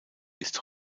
ist